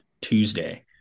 Tuesday